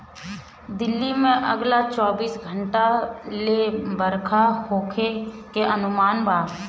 दिल्ली में अगला चौबीस घंटा ले बरखा होखे के अनुमान बा